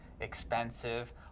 expensive